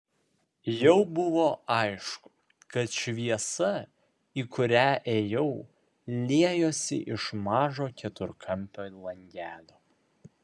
jau buvo aišku kad šviesa į kurią ėjau liejosi iš mažo keturkampio langelio